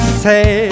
say